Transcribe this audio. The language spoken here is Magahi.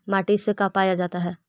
माटी से का पाया जाता है?